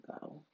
go